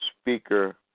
speaker